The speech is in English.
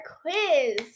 quiz